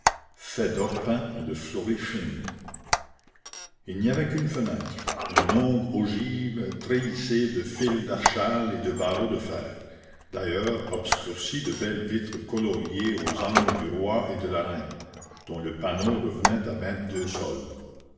fait d'orpin et de florée fine il n'y avait qu'une fenêtre une longue ogive treillissée de fil d'archal et de barreaux de fer d'ailleurs obscurcie de belles vitres coloriées aux armes du roi et de la reine dont le panneau revenait à vingt-deux sols